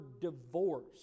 divorce